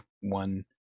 one